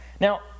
Now